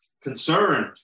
concerned